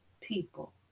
people